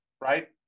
right